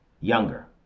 younger